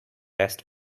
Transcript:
rest